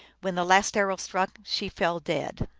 when the last arrow struck she fell dead.